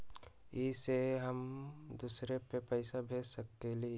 इ सेऐ हम दुसर पर पैसा भेज सकील?